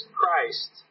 Christ